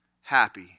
happy